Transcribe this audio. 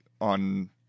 on